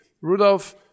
Rudolf